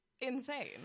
insane